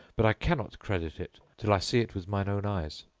but i cannot credit it till i see it with mine own eyes.